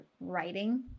writing